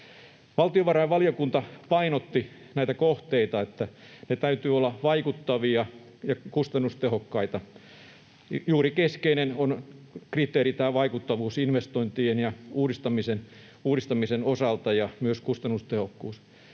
Valtiovarainvaliokunta painotti näitä kohteita, että niiden täytyy olla vaikuttavia ja kustannustehokkaita. Keskeinen kriteeri on juuri tämä vaikuttavuus investointien ja uudistamisen osalta, ja myös kustannustehokkuus.